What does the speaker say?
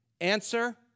Answer